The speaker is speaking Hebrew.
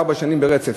שנים ברצף.